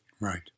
Right